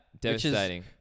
Devastating